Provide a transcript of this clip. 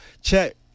check